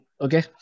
Okay